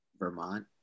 vermont